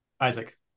Isaac